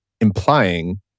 implying